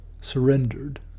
surrendered